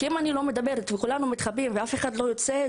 כי אם אני לא אדבר וכולנו מתחבאים ואף אחד לא יוצא,